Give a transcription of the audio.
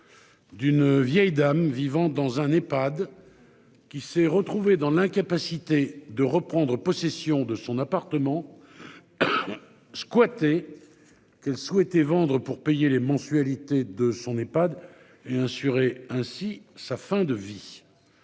D'une vieille dame vivant dans un Epad. Qui s'est retrouvé dans l'incapacité de reprendre possession de son appartement. Squatté. Qu'elle souhaitait vendre pour payer les mensualités de son Nepad et assurer ainsi sa fin de vie.